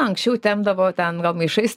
anksčiau tempdavo ten gal maišais